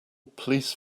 police